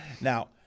Now